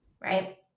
Right